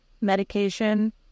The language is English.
medication